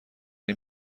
این